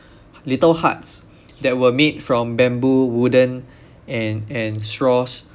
little huts that were made from bamboo wooden and and straws